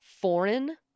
foreign